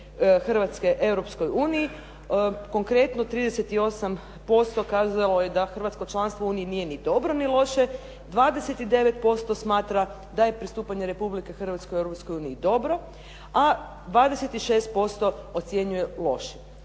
uniji. Konkretno 38% kazao je da Hrvatsko članstvo Uniji nije ni dobro ni loše, 29% smatra da je pristupanje Republike Hrvatske Europskoj uniji dobro, a 26% ocjenjuje lošim.